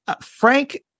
Frank